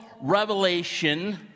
revelation